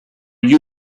gli